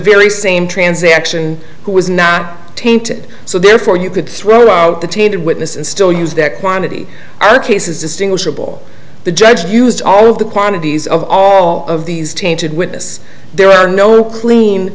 very same transaction who was not tainted so therefore you could throw out the tainted witness and still use that quantity other cases distinguishable the judge used all of the quantities of all of these tainted witness there are no clean